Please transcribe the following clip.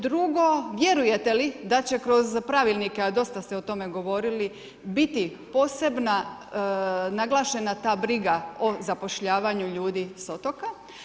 Drugo, vjerujete li da će kroz pravilnike a dosta ste o tome govorili biti posebna naglašena ta briga o zapošljavanju ljudi s otoka?